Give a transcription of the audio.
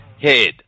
head